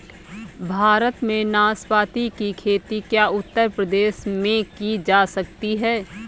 भारत में नाशपाती की खेती क्या उत्तर प्रदेश में की जा सकती है?